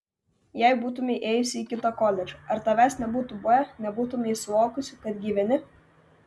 jei būtumei ėjusi į kitą koledžą ar tavęs nebūtų buvę nebūtumei suvokusi kad gyveni